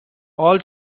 all